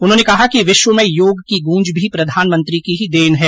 उन्हॉने कहा कि विश्व में योग की गूंज भी प्रधानमंत्री की ही देन है